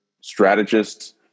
strategists